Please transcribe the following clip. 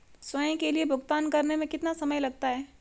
स्वयं के लिए भुगतान करने में कितना समय लगता है?